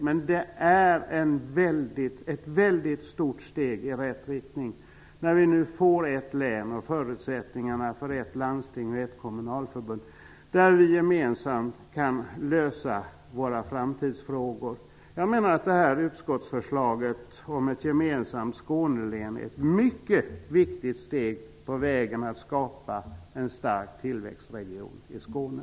Men det är ett stort steg i rätt riktning när vi nu får ett län och förutsättningar för ett landsting och ett kommunalförbund där vi gemensamt kan lösa våra framtidsfrågor. Utskottets förslag om ett gemensamt Skånelän är ett mycket viktigt steg på vägen mot att skapa en stark tillväxtregion i Skåne.